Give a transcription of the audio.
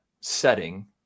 setting